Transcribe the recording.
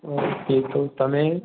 okay તો તમે